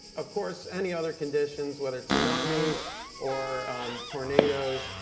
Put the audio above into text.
of course, any other conditions, whether it's tsunamis or tornadoes,